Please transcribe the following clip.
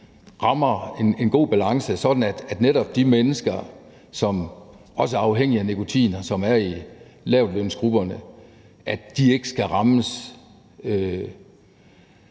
rammer en god balance, sådan at netop de mennesker, som også er afhængige af nikotin, og som er i lavtlønsgrupperne, ikke skal rammes